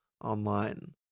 online